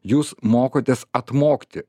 jūs mokotės atmokti